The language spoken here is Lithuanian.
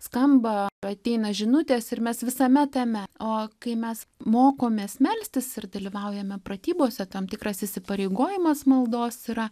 skamba ateina žinutės ir mes visame tame o kai mes mokomės melstis ir dalyvaujame pratybose tam tikras įsipareigojimas maldos yra